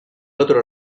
otro